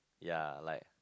yea like